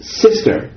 sister